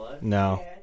No